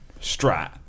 Strat